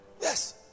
Yes